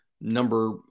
number